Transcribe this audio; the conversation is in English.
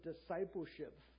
discipleship